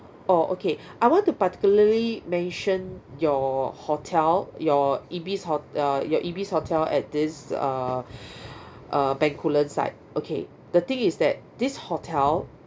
orh okay I want to particularly mention your hotel your Ibis ho~ uh your Ibis hotel at this uh uh bencoolen side okay the thing is that this hotel